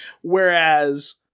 Whereas